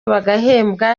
bahembwa